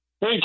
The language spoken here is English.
Hey